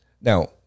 now